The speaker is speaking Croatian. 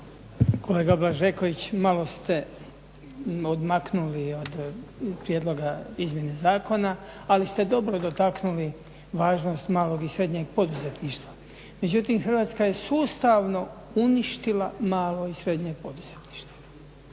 Kolega Blažeković, malo ste odmaknuli od prijedloga izmjene zakona, ali ste dobro dotaknuli važnost malog i srednjeg poduzetništva. Međutim, Hrvatska je sustavno uništila malo i srednje poduzetništvo.